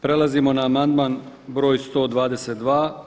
Prelazimo na amandman broj 122.